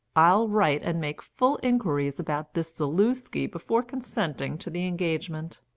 i'll write and make full inquiries about this zaluski before consenting to the engagement.